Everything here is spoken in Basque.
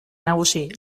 nagusi